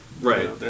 Right